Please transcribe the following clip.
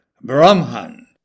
brahman